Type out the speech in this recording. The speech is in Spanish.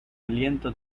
aliento